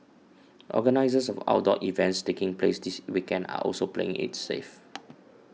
organisers of outdoor events taking place this weekend are also playing it safe